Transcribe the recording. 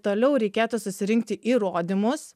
toliau reikėtų susirinkti įrodymus